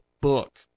book